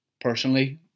personally